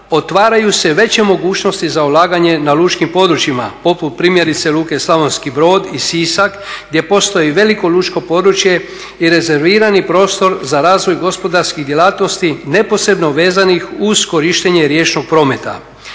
otvaraju se veće mogućnosti za ulaganje na lučkim područjima poput primjerice Luke Slavonski Brod i Sisak gdje postoji veliko lučko područje i rezervirani prostor za razvoj gospodarskih djelatnosti neposebno vezanih uz korištenje riječnog prometa.